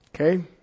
Okay